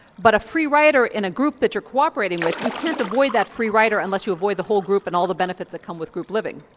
but a free rider in a group that you're cooperating with, you can't avoid that free rider unless you avoid the whole group and all the benefits that come with group living.